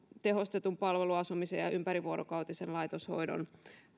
tehostetun palveluasumisen ja ympärivuorokautisen laitoshoidon